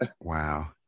wow